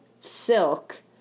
silk